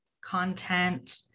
content